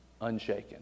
unshaken